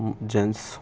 gents